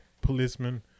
policeman